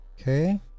Okay